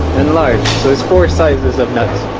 and large. there's four sizes of nuts.